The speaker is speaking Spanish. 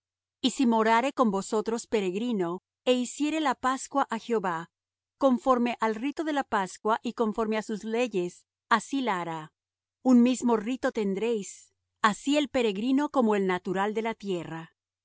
y si morare con vosotros peregrino é hiciere la pascua á jehová conforme al rito de la pascua y conforme á sus leyes así la hará un mismo rito tendréis así el peregrino como el natural de la tierra